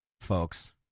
folks